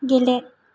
गेले